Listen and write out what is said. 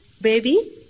baby